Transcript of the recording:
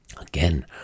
Again